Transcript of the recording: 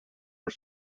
are